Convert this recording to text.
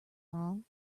wrong